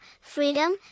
freedom